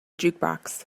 jukebox